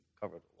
covered